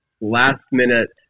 last-minute